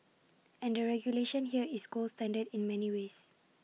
and the regulation here is gold standard in many ways